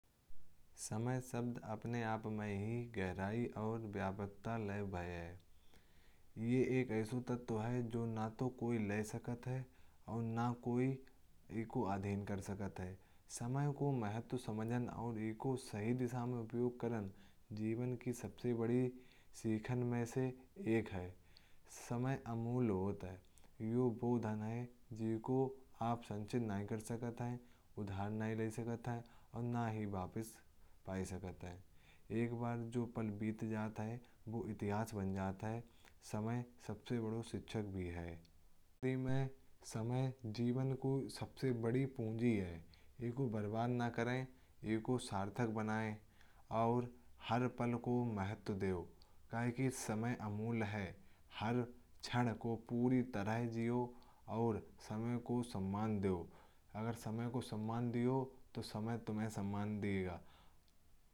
समय शब्द अपने आप में ही गहराई और व्यभवता लायक है। ये एक ऐसे तत्व है जो न तो कोई ले सकता है। और न ही कोई इसको सही ढंग से समझ सकता है। समय को महत्त्व समझना और इसको सही दिशा में उपयोग करना। जीवन की सबसे बड़ी सीख में से एक है। समय अमूल्य होता है यह ऐसी चीज़ है जिसे आप संचित नहीं कर सकते। उधार नहीं ले सकते और न ही वापस पा सकते हैं। एक बार जो पल बीत जाता है वो इतिहास बन जाता है। समय सबसे बड़ा शिक्षक भी है समय जीवन की सबसे बड़ी पूँजी है। इसका बरतन नहीं करना चाहिए इसे सार्थक बनाना चाहिए और हर पल को महत्त्व देना चाहिए। क्योंकि समय अमूल्य है हर क्षण को पूरी तरह जियो और समय को सम्मान दो। अगर आप समय को सम्मान देंगे तो समय आपको भी सम्मान देगा।